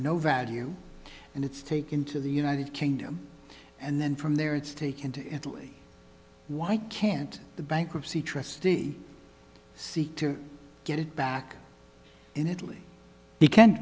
no value and it's taken to the united kingdom and then from there it's taken to italy why can't the bankruptcy trustee seek to get it back in italy he can